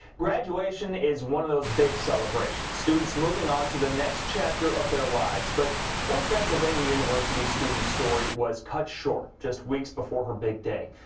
graduation is one of those big celebrations. students moving on to the next chapter of their lives. but one transylvania university student's story was cut short. just weeks before her big day.